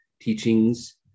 teachings